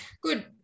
good